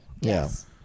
Yes